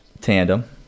tandem